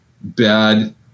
bad